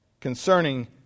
concerning